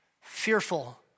fearful